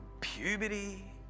puberty